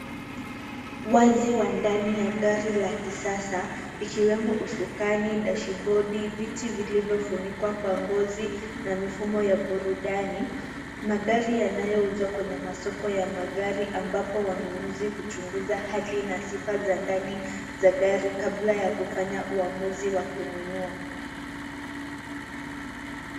Wazi wa ndani ya gari la kisasa ikiwemo usukani, dashboard viti viliyofunikwa kwa ngozi na mifumo ya burudani. Magari yanayouzwa kwenye masoko ya magari ambapo wanunuzi huchunguza hali na sifa za ndani za gari kabla ya kufanya uamuzi wa kununua.